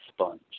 sponge